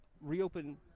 reopen